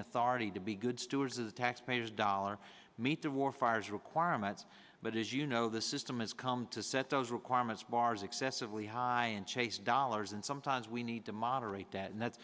authority to be good stewards of the taxpayers dollars meet the war fires requirements but as you know the system has come to set those requirements bars excessively high and chase dollars and sometimes we need to moderate that and that's